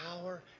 power